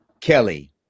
Kelly